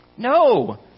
No